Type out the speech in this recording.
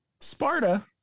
Sparta